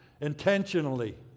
intentionally